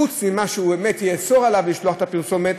חוץ ממה שהוא יאסור, לשלוח את הפרסומת,